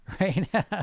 right